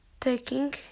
taking